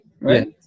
right